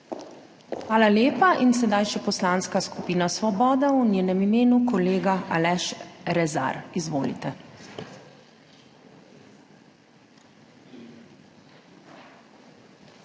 Hvala lepa. Sedaj še Poslanska skupina Svoboda. V njenem imenukolega Aleš Rezar. Izvolite.